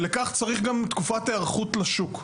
לכך צריך גם תקופת היערכות לשוק.